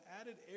added